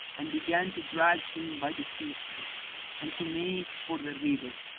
and began to drag him by the feet and to make for the river.